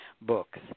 books